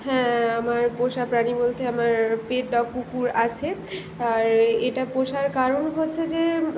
হ্যাঁ আমার পোষা প্রাণী বলতে আমার পেট ডগ কুকুর আছে আর এটা পোষার কারণ হচ্ছে যে